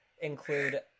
Include